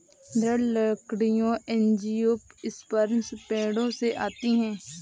दृढ़ लकड़ी एंजियोस्पर्म पेड़ों से आती है